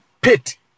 pit